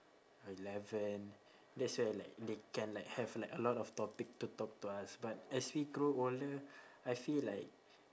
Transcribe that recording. eleven that's where like they can like have a lot of topic to talk to us but as we grow older I feel like